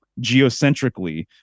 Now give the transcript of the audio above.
geocentrically